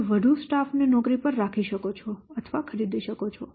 તમે વધુ સ્ટાફ ને નોકરી પર રાખી શકો છો અથવા ખરીદી શકો છો